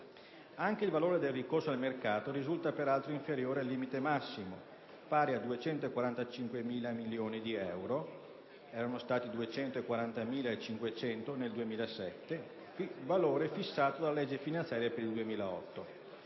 Anche il valore del ricorso al mercato risulta peraltro inferiore al limite massimo, pari a 245.000 milioni di euro (240.500 milioni di euro nel 2007), fissato dalla legge finanziaria per il 2008.